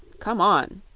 come on,